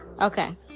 Okay